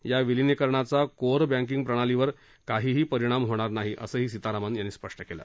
या विलिनीकरणाचा core banking प्रणालीवर काहीही परिणाम होणार नाही असही सीतारामन यांनी स्पष्ट केलं